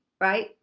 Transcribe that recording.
right